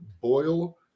boil